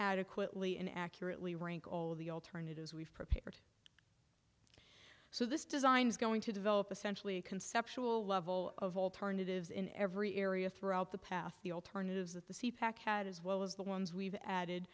adequately and accurately rank all of the alternatives we've prepared so this design is going to develop essential a conceptual level of alternatives in every area throughout the path the alternatives that the c pack had as well as the ones we've added